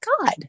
God